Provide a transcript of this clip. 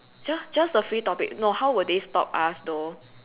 just just the free topic no how will they stop us though